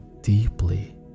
deeply